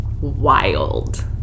wild